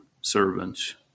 servants